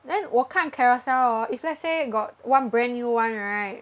then 我看 Carousell hor if let's say got one brand new [one] right